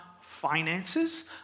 finances